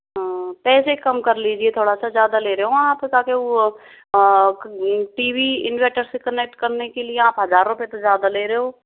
हाँ पैसे कम कर लीजिये थोड़ा सा ज्यादा ले रहे हो आप ताकि वो टी वी इन्वर्टर से कनेक्ट के लिए आप हजार रुपए तो ज़्यादा ले रहे हो